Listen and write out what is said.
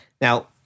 Now